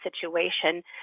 situation